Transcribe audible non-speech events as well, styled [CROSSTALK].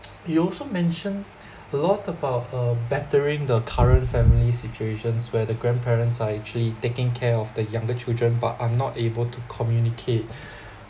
[NOISE] you also mentioned a lot about um bettering the current family situations where the grandparents are actually taking care of the younger children but are not able to communicate